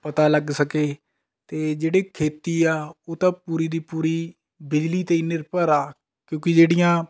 ਪਤਾ ਲੱਗ ਸਕੇ ਅਤੇ ਜਿਹੜੀ ਖੇਤੀ ਹੈ ਉਹ ਤਾਂ ਪੂਰੀ ਦੀ ਪੂਰੀ ਬਿਜਲੀ 'ਤੇ ਹੀ ਨਿਰਭਰ ਹੈ ਕਿਉਂਕਿ ਜਿਹੜੀਆਂ